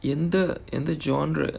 எந்த எந்த:entha entha genre